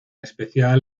especial